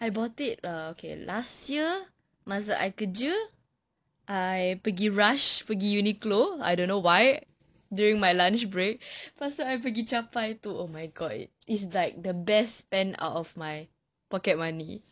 I bought it err okay last year masa I kerja I pergi rush pergi uniqlo I don't know why during my lunch break lepas itu I pergi capai itu oh my god it is like the best spend out of my pocket money